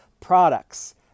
products